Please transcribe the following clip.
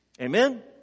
Amen